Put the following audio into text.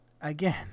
again